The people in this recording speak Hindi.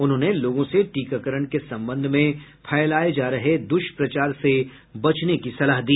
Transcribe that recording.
उन्होंने लोगों को टीकाकरण के संबंध में फैलाये जा रहे दुष्प्रचार से बचने की सलाह दी